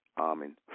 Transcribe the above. Amen